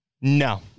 no